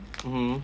mmhmm